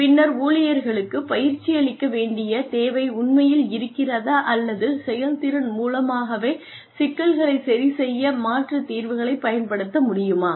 பின்னர் ஊழியர்களுக்கு பயிற்சி அளிக்க வேண்டிய தேவை உண்மையில் இருக்கிறதா அல்லது செயல்திறன் மூலமாகவே சிக்கல்களைச் சரிசெய்ய மாற்றுத் தீர்வுகளைப் பயன்படுத்த முடியுமா